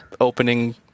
opening